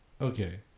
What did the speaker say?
okay